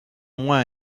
moins